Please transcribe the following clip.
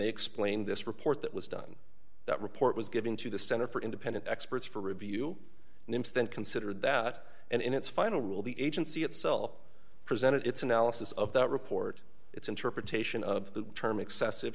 they explained this report that was done that report was given to the center for independent experts for review names then consider that and in its final rule the agency itself presented its analysis of that report its interpretation of the term excessive